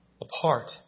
apart